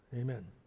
Amen